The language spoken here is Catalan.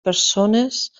persones